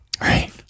right